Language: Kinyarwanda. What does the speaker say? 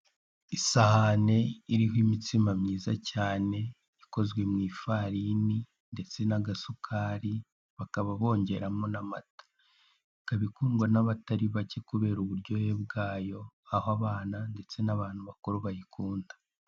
Isahane iriho imitsima myiza cyane ikozwe mu ifarini ndetse n'agasukari bakaba bongeramo n'amata, ikaba ikundwa n'abatari bake kubera uburyohe bwayo, aho abana ndetse n'abantu bakuru bayikunda.